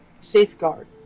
safeguard